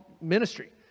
ministry